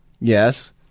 Yes